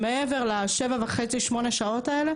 שמעבר ל-7.5-8 שעות האלה,